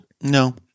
no